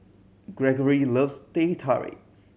Greggory loves Teh Tarik